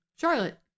Charlotte